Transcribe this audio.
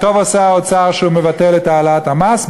טוב עושה האוצר שהוא מבטל את העלאת המס,